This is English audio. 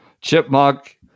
Chipmunk